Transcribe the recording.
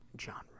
genre